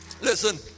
listen